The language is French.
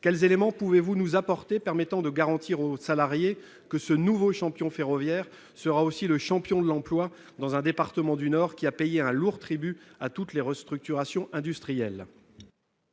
quels éléments pouvez-vous nous apporter afin de garantir aux salariés que ce nouveau champion ferroviaire sera aussi le champion de l'emploi dans le département du Nord, qui a payé un lourd tribut à toutes les restructurations industrielles ?